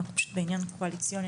אנחנו פשוט בעניין קואליציוני,